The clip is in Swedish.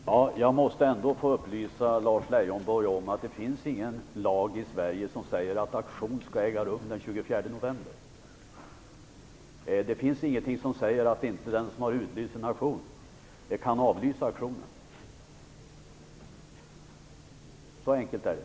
Fru talman! Jag måste få upplysa Lars Leijonborg om att det inte finns någon lag i Sverige som säger att auktion skall äga rum den 24 november. Det finns ingenting som säger att den som utlyst en auktion inte kan avlysa den. Så enkelt är det!